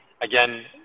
Again